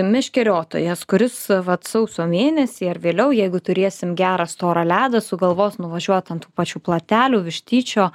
meškeriotojas kuris vat sausio mėnesį ar vėliau jeigu turėsim gerą storą ledą sugalvos nuvažiuot ant tų pačių platelių vištyčio